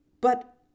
But